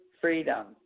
freedom